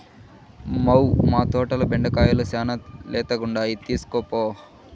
మ్మౌ, మా తోటల బెండకాయలు శానా లేతగుండాయి తీస్కోపో